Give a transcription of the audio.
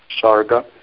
Sarga